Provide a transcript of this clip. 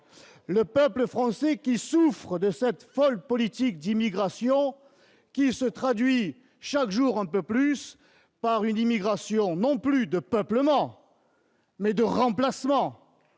Le peuple français souffre de cette folle politique d'immigration, qui se traduit, chaque jour un peu plus, par une immigration non plus de peuplement, mais de remplacement,